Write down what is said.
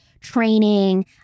training